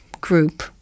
group